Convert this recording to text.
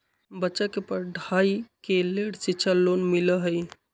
बच्चा के पढ़ाई के लेर शिक्षा लोन मिलहई?